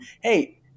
hey